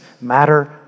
matter